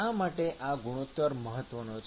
શા માટે આ ગુણોત્તર મહત્ત્વનો છે